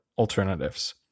alternatives